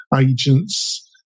agents